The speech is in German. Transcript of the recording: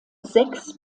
sechs